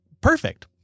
perfect